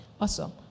Awesome